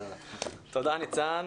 ניצן,